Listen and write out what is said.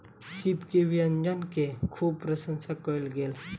सीप के व्यंजन के खूब प्रसंशा कयल गेल